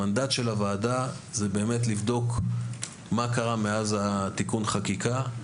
המנדט של הוועדה הוא לבדוק מה קרה מאז תיקון החקיקה,